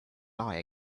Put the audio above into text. lie